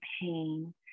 pain